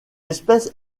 espèce